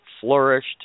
flourished